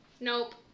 Nope